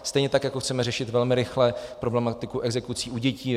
Stejně tak jako chceme řešit velmi rychle problematiku exekucí u dětí.